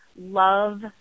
love